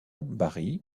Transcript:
bari